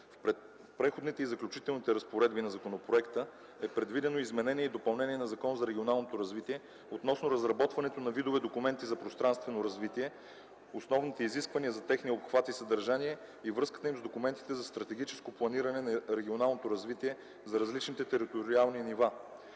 В Преходните и заключителните разпоредби на законопроекта е предвидено изменение и допълнение на Закона за регионалното развитие относно разработването на видове документи за пространствено развитие, основните изисквания за техния обхват и съдържание и връзката им с документите за стратегическо планиране на регионалното развитие за различните териториални нива.